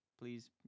please